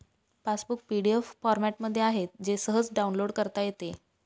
passbook PDF फॉरमॅटमध्ये आहे जे सहज डाउनलोड करता येते